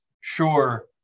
sure